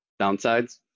Downsides